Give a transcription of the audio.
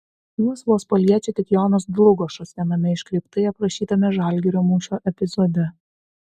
juos vos paliečia tik jonas dlugošas viename iškreiptai aprašytame žalgirio mūšio epizode